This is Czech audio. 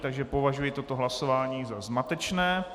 Takže považuji toto hlasování za zmatečné.